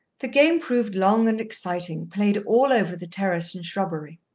the game proved long and exciting, played all over the terrace and shrubbery.